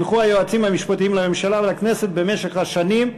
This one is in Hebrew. הונחו היועצים המשפטיים לממשלה ולכנסת במשך השנים,